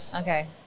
Okay